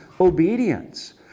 obedience